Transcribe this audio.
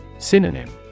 Synonym